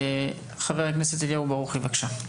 חבר הכנסת אליהו ברוכי, בבקשה.